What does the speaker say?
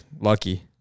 lucky